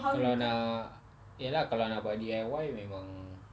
kalau nak ya lah kalau nak buat D_I_Y memang